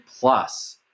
plus